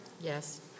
Yes